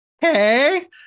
Hey